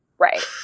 Right